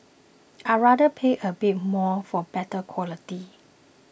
I rather pay a bit more for better quality